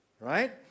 right